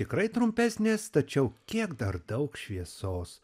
tikrai trumpesnės tačiau kiek dar daug šviesos